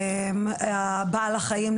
בעל החיים,